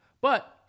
But-